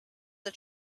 the